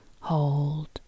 Hold